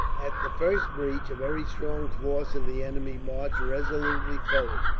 at the first breach, a very strong force of the enemy marched resolutely forward.